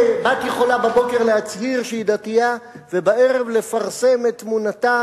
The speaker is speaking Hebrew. בת יכולה בבוקר להצהיר שהיא דתייה ובערב לפרסם את תמונתה